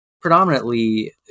predominantly